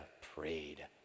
prayed